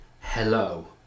hello